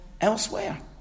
elsewhere